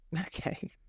Okay